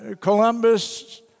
Columbus